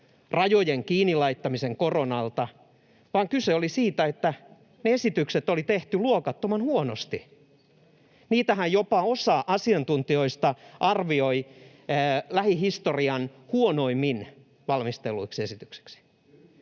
rajojen kiinni laittamisen koronalta, vaan kyse oli siitä, että ne esitykset oli tehty luokattoman huonosti. Niitähän jopa osa asiantuntijoista arvioi lähihistorian huonoimmin valmistelluiksi esityksiksi.